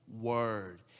word